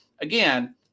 again